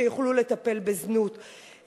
שיוכלו לטפל בזנות,